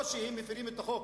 או שהם מפירים את החוק,